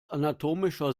anatomischer